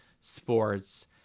sports